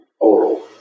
oral